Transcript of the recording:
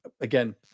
again